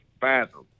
fathom